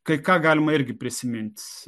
kai ką galima irgi prisimint